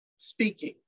speaking